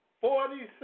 forty